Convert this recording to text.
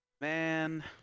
Man